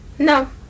no